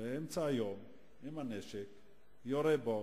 באמצע היום, עם הנשק, יורה בו,